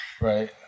right